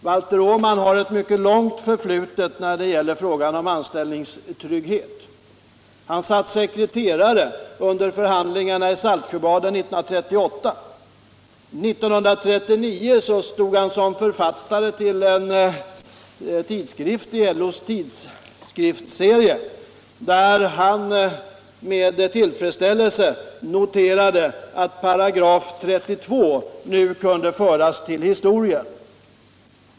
Valter Åman har ett mycket långt förflutet när det gäller frågan om anställningstrygghet. Han satt sekreterare under förhandlingarna i Saltsjöbaden 1938. År 1939 stod han som författare till ett avsnitt i LO:s tidskriftsserie, där han med tillfredsställelse noterade att 332 nu kunde föras till historien.